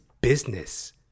business